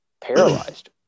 paralyzed